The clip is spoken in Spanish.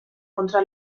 contra